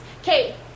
okay